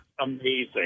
amazing